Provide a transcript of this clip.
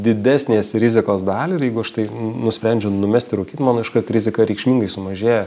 didesnės rizikos dalį ir jeigu aš tai nusprendžiau nu mesti rūkyt mano iškart rizika reikšmingai sumažėja